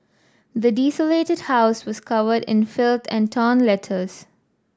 the desolated house was covered in filth and torn letters